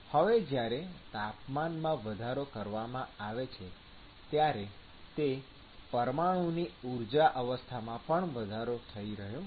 હવે જ્યારે તાપમાનમાં વધારો કરવામાં આવે છે ત્યારે તે પરમાણુની ઊર્જા અવસ્થામાં પણ વધારો થઈ રહ્યો છે